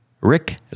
Rick